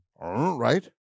Right